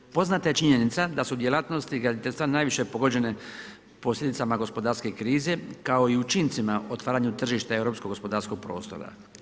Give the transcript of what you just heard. Poznata je činjenica da su djelatnosti graditeljstva najviše pogođene posljedicama gospodarske krize kao i učincima otvaranjem tržišta europskog gospodarskog prostora.